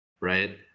right